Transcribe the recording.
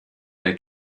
der